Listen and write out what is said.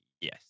yes